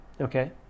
okay